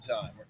time